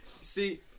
See